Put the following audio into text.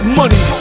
money